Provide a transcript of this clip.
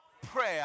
prayer